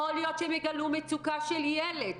יכול להיות שהם יגלו מצוקה של ילד.